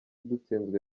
dutsinzwe